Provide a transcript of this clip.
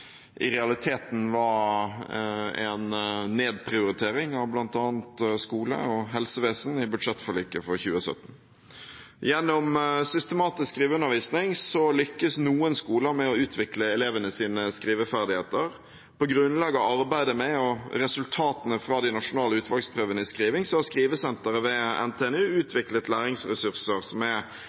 i realiteten var en nedprioritering av bl.a. skole og helsevesen i budsjettforliket for 2017. Gjennom systematisk skriveundervisning lykkes noen skoler med å utvikle elevenes skriveferdigheter. På grunnlag av arbeidet med og resultatene fra de nasjonale utvalgsprøvene i skriving har Skrivesenteret ved NTNU utviklet læringsressurser som er